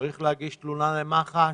צריך להגיש תלונה למח"ש.